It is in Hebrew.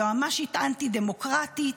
היועמ"שית אנטי-דמוקרטית.